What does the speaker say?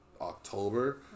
October